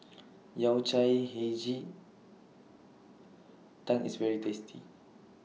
Yao Cai Hei Ji Tang IS very tasty